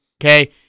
Okay